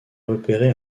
repéré